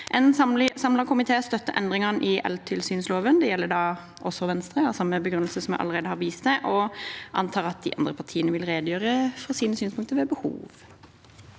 En samlet komité støtter endringene i el-tilsynsloven. Det gjelder da også Venstre, av samme begrunnelse som jeg allerede har vist til, og jeg antar at de andre partiene vil redegjøre for sine synspunkter ved behov.